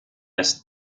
ist